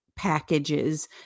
packages